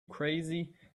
crazy